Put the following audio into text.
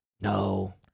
No